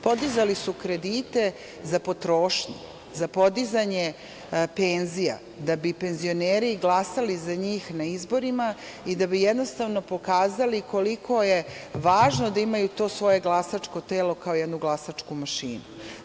Podizali su kredite za potrošnju, za podizanje penzija da bi penzioneri glasali za njih na izborima i da bi jednostavno pokazali koliko je važno da imaju to svoje glasačko telo kao jednu glasačku mašinu.